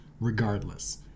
regardless